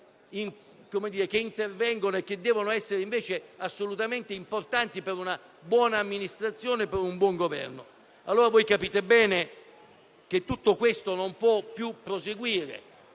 che intervengono e che devono essere invece assolutamente rispettate per una buona amministrazione e per un buon Governo. Capite bene che tutto questo non può più proseguire;